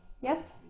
Yes